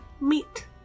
meet